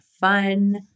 fun